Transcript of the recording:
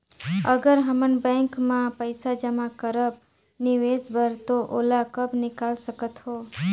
अगर हमन बैंक म पइसा जमा करब निवेश बर तो ओला कब निकाल सकत हो?